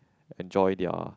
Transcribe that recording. enjoy their